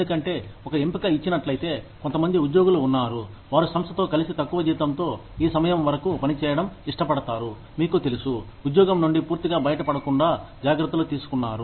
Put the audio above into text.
ఎందుకంటే ఒక ఎంపిక ఇచ్చినట్లయితే కొంత మంది ఉద్యోగులు ఉన్నారు వారు సంస్థతో కలిసి తక్కువ జీతంతో ఈ సమయం వరకు పనిచేయడం ఇష్టపడతారు మీకు తెలుసు ఉద్యోగం నుండి పూర్తిగా బయటపడకుండా జాగ్రత్తలు తీసుకున్నారు